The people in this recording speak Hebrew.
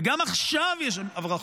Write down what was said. וגם עכשיו יש הברחות,